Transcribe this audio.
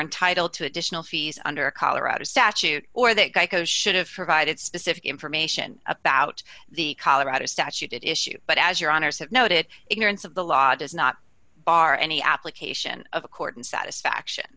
entitled to additional fees under colorado statute or that geico should have provided specific information about the colorado statute issue but as your honor said no to it ignorance of the law does not bar any application of a court and satisfaction